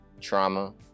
trauma